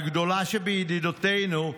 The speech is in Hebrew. הגדולה שבידידותינו,